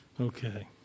Okay